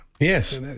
Yes